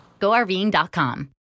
GoRVing.com